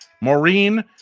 Maureen